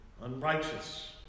unrighteous